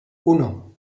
uno